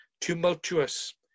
tumultuous